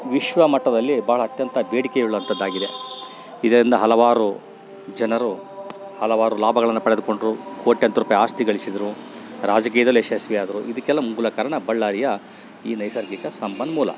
ವಿಶ್ವ ಮಟ್ಟದಲ್ಲಿ ಭಾಳ ಅತ್ಯಂತ ಬೇಡಿಕೆಯುಳ್ಳಂಥದ್ದಾಗಿದೆ ಇದರಿಂದ ಹಲವಾರು ಜನರು ಹಲವಾರು ಲಾಭಗಳನ್ನು ಪಡೆದ್ಕೊಂಡರು ಕೋಟ್ಯಂತರ ರೂಪಾಯಿ ಆಸ್ತಿಗಳಿಸಿದರು ರಾಜಕೀಯದಲ್ಲಿ ಯಶಸ್ವಿ ಆದರು ಇದಕ್ಕೆಲ್ಲ ಮೂಲ ಕಾರಣ ಬಳ್ಳಾರಿಯ ಈ ನೈಸರ್ಗಿಕ ಸಂಪನ್ಮೂಲ